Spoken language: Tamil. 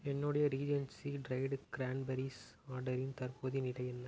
என்னுடைய ரீஎன்சி ட்ரைடு கிரான்பெரிஸ் ஆர்டரின் தற்போதைய நிலை என்ன